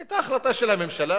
היתה החלטה של הממשלה,